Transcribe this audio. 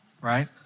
right